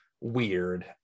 weird